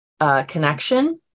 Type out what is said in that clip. connection